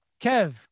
Kev